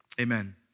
Amen